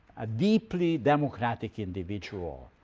a deeply democratic individual,